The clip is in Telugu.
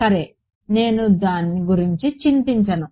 సరే నేను దాని గురించి చింతించను